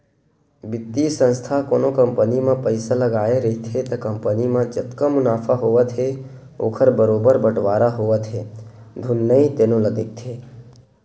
बित्तीय संस्था कोनो कंपनी म पइसा लगाए रहिथे त कंपनी म जतका मुनाफा होवत हे ओखर बरोबर बटवारा होवत हे धुन नइ तेनो ल देखथे